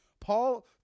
Paul